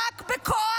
רק בכוח